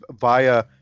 via